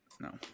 No